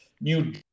new